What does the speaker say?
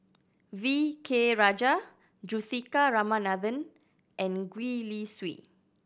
V K Rajah Juthika Ramanathan and Gwee Li Sui